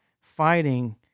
fighting